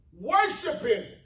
worshiping